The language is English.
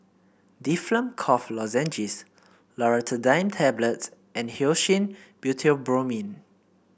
Difflam Cough Lozenges Loratadine Tablets and Hyoscine Butylbromide